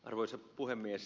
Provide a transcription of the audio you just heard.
arvoisa puhemies